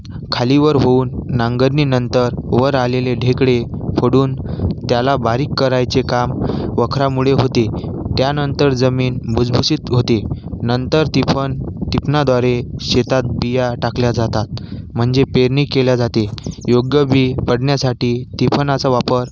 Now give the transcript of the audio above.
खालीवर होऊन नांगरणीनंतर वर आलेले ढेकळे फोडून त्याला बारीक करायचे काम वखरामुळे होते त्यानंतर जमीन भुसभुशीत होते नंतर तिफण तिफणाद्वारे शेतात बिया टाकल्या जातात म्हंजे पेरणी केल्या जाते योग्य बी पडण्यासाठी तिफणाचा वापर